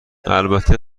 البته